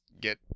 get